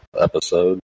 episode